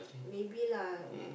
maybe lah